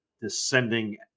descending